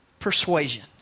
persuasion